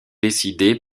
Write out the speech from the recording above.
décidé